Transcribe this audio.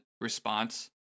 response